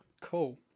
Cool